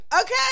Okay